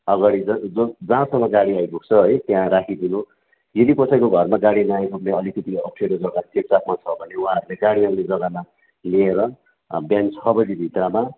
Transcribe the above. अगाडि र जहाँसम्म गाडी आइपुग्छ है त्यहाँ राखिदिनु यदि कसैको घरमा गाडी नआइपुग्ने अलिकति अप्ठ्यारो जग्गा चेपचापमा छ भने उहाँहरूले गाडी आउने जग्गामा लिएर बिहान छ बजी भित्रमा